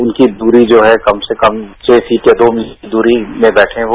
उनकी दूरी जो हैं कम से कम छह फिट या दो मीटर की दूरी में बैठे हो